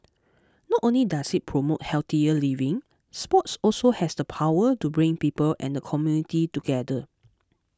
not only does it promote healthier living sports also has the power to bring people and the community together